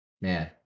man